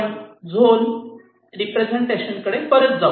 आपण zone representation कडे परत जाऊ